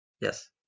Yes